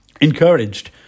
encouraged